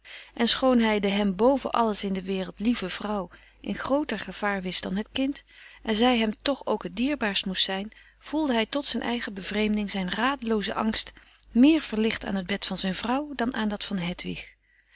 en schoon hij de hem boven alles in de wereld lieve vrouw in grooter gevaar wist dan het kind en zij hem toch ook het dierbaarst moest zijn voelde hij tot zijn eigen bevreemding zijn radelooze frederik van eeden van de koele meren des doods angst meer verlicht aan t bed van zijn vrouw dan aan dat van